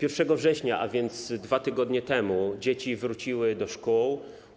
1 września, a więc 2 tygodnie temu, dzieci wróciły do szkół.